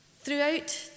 Throughout